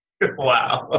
Wow